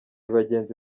bagenzi